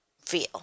feel